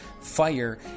fire